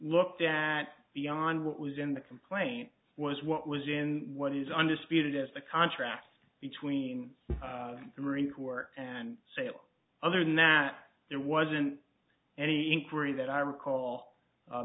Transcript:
looked at beyond what was in the complaint was what was in what is under speeded as the contract between the marine corps and sail other than that there wasn't any inquiry that i recall